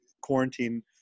quarantine